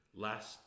last